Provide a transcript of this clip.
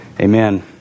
amen